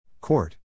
Court